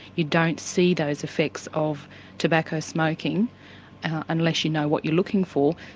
you don't see those affects of tobacco smoking unless you know what you're looking for.